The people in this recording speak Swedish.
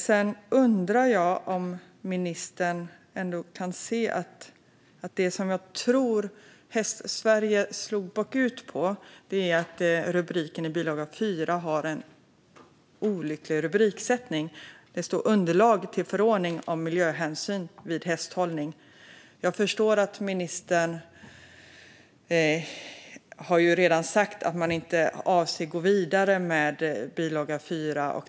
Sedan undrar jag om ministern kan se att det som jag tror att Hästsverige slog bakut på var att bilaga 4 innehåller en olycklig rubriksättning. Det står "Underlag till förordning om miljöhänsyn vid hästhållning". Ministern har ju redan sagt att man inte avser att gå vidare med bilaga 4.